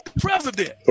President